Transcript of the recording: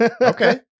okay